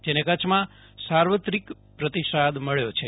જેને કચ્છમાં સાર્વત્રિક પ્રતિસાદ મળ્યો છે